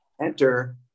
enter